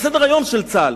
סדר-היום של צה"ל,